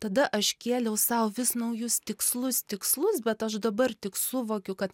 tada aš kėliau sau vis naujus tikslus tikslus bet aš dabar tik suvokiau kad